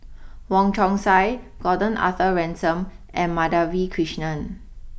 Wong Chong Sai Gordon Arthur Ransome and Madhavi Krishnan